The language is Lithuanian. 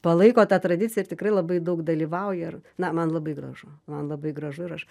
palaiko tą tradiciją ir tikrai labai daug dalyvauja ir na man labai gražu man labai gražu ir aš